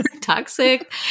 Toxic